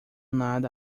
nada